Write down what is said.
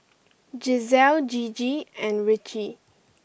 Giselle Gigi and Ritchie